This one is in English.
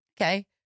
okay